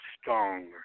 stronger